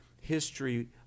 history